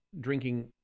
drinking